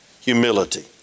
Humility